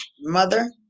mother